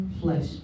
flesh